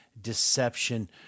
deception